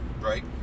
Right